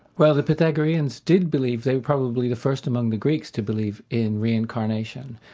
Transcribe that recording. well, the pythagoreans did believe, they're probably the first among the greeks to believe in reincarnation,